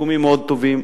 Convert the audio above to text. סיכומים מאוד טובים,